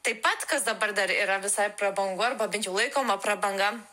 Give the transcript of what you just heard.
taip pat kas dabar dar yra visai prabangu arba bent jau laikoma prabanga